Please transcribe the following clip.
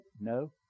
No